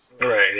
Right